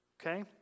Okay